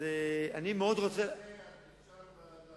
אז אני מאוד רוצה, אז בגלל זה אפשר להפקיר?